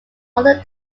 other